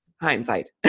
hindsight